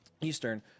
Eastern